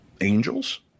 angels